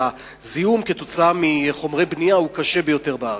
והזיהום כתוצאה מחומרי בנייה הוא קשה ביותר בארץ.